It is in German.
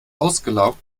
ausgelaugt